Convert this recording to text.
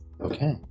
Okay